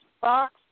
box